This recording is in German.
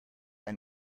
ein